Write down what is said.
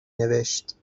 نوشت